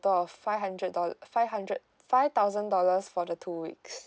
total of five hundred dollars five hundred five thousand dollars for the two weeks